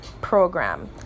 program